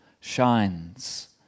shines